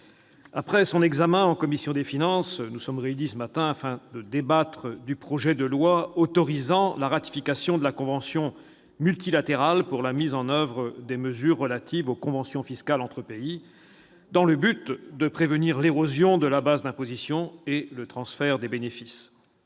Après un examen en commission des finances, nous sommes réunis ce matin pour débattre du projet de loi autorisant la ratification de la convention multilatérale pour la mise en oeuvre des mesures relatives aux conventions fiscales entre pays dans le but de prévenir l'érosion de la base d'imposition et le transfert de bénéfices.